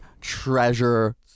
treasure